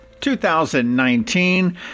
2019